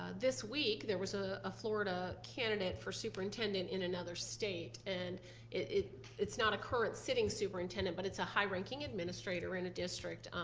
this week there was a a florida candidate for superintendent in another state and it it's not a current sitting superintendent but it's a high ranking administrator in a district,